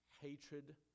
hatred